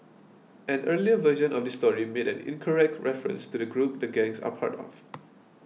an earlier version of this story made an incorrect reference to the group the gangs are part of